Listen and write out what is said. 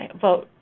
vote